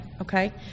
Okay